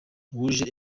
wuje